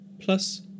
plus